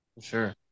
sure